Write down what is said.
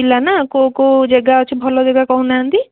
ଜିଲ୍ଲା ନା କେଉଁ କେଉଁ ଜାଗା ଅଛି ଭଲ ଜାଗା କହୁନାହାଁନ୍ତି